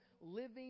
living